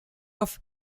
off